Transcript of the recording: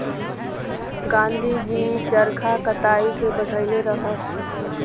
गाँधी जी चरखा कताई के बढ़इले रहस